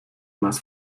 más